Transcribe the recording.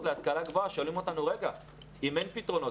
להשכלה גבוהה ואומרים לנו שאם אין פתרונות,